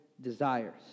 desires